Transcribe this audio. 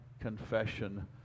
confession